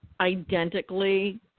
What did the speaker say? identically